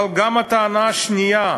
אבל גם הטענה השנייה,